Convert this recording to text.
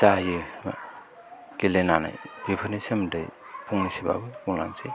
जायो गेलेनानै बेफोरनि सोमोन्दै फंनैसोबाबो बुंलांनोसै